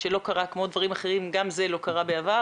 כמו דברים אחרים, גם זה לא קרה בעבר